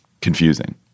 confusing